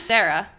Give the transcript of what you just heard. Sarah